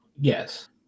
Yes